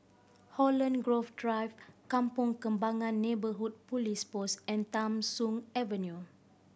Holland Grove Drive Kampong Kembangan Neighbourhood Police Post and Tham Soong Avenue